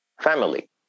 family